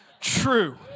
true